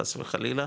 חס וחלילה,